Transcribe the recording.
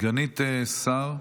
סגנית שר,